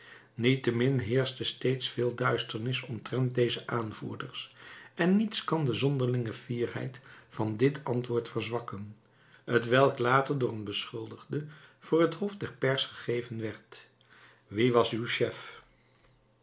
niettemin heerschte steeds veel duisternis omtrent deze aanvoerders en niets kan de zonderlinge fierheid van dit antwoord verzwakken t welk later door een beschuldigde voor het hof der pairs gegeven werd wie was uw chef